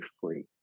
free